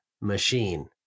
machine